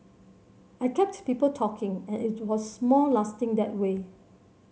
I kept people talking and it was more lasting that way